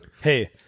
Hey